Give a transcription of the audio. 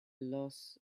los